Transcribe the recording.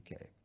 UK